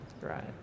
right